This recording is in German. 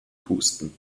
pusten